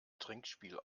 trinkspiel